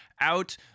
out